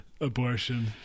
abortion